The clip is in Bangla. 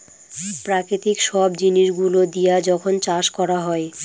প্রাকৃতিক সব জিনিস গুলো দিয়া যখন চাষ করা হয়